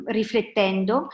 riflettendo